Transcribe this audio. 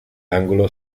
ángulo